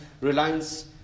reliance